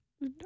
No